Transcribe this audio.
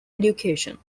education